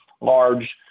large